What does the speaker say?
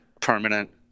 permanent